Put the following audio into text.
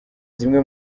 zimwe